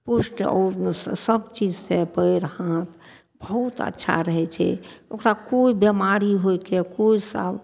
पुष्ट आओर सब चीजसँ पयर हाथ बहुत अच्छा रहय छै ओकरा कोइ बीमारी होइके कोई साव